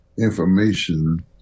information